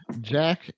Jack